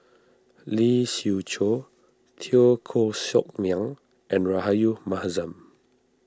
Lee Siew Choh Teo Koh Sock Miang and Rahayu Mahzam